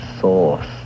source